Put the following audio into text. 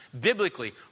Biblically